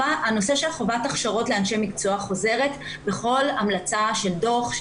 הנושא של חובת הכשרות לאנשי מקצוע חוזר בכל המלצה של דו"ח של